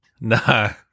No